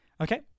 okay